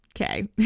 Okay